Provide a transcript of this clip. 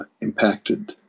impacted